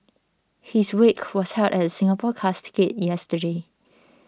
his wake was held at the Singapore Casket yesterday